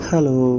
Hello